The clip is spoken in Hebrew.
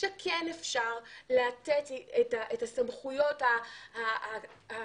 שכן אפשר לתת את הסמכויות היישומיות,